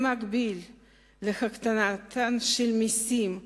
במקביל להקטנתם של המסים הישירים,